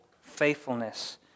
faithfulness